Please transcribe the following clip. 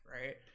Right